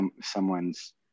someone's